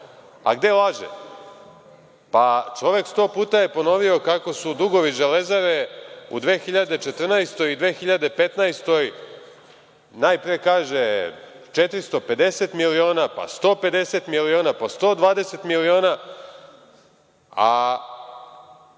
A gde laže? Pa čovek je 100 puta ponovio kako su dugovi „Železare“ u 2014. i 2015. godini, najpre kaže, 450 miliona, pa 150 miliona, pa 120 miliona, a